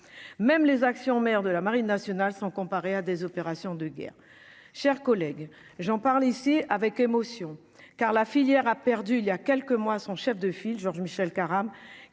même les actions, maire de la marine nationale sont comparés à des opérations de guerre, chers collègues, j'en parle ici avec émotion, car la filière a perdu il y a quelques mois à son chef de file, Georges Michel Karam,